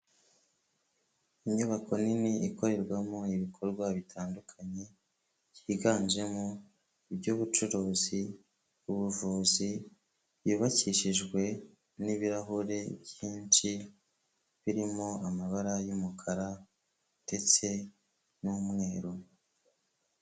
Inyubako nini ikorerwamo ibikorwa bitandukanye, byiganjemo iby'ubucuruzi, ubuvuzi, yubakishijwe n'ibirahure byinshi, birimo amabara y'umukara ndetse n'umweru.